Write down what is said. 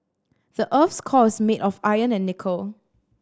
the earth's core is made of iron and nickel